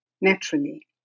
naturally